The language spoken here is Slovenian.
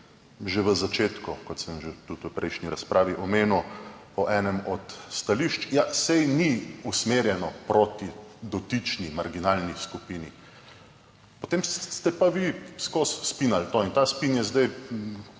že na začetku, kot sem že tudi v prejšnji razpravi omenil o enem od stališč: ja saj ni usmerjeno proti dotični marginalni skupini, potem ste pa vi ves čas spinali to. In ta spin je zdaj